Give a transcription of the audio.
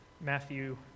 Matthew